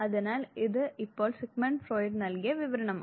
അതിനാൽ ഇത് ഇപ്പോൾ സിഗ്മണ്ട് ഫ്രോയിഡ് നൽകിയ വിവരണമാണ്